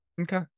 Okay